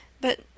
but—